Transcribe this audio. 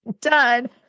done